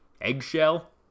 Eggshell